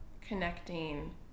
connecting